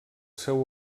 seu